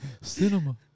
Cinema